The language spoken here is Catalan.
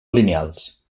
lineals